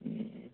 ꯎꯝ